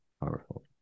powerful